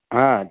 हां